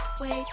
wait